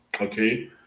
okay